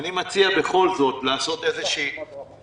ואני מציע בכל זאת לעשות חלוקה,